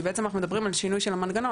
כי בעצם אנחנו מדברים על שינוי של המנגנון.